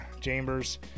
Chambers